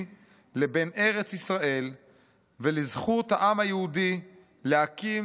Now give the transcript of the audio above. לבין ארץ ישראל ולזכות העם היהודי להקים